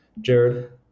Jared